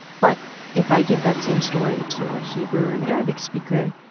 but if i give that same story to a hebrew or an arabic speaker,